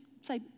say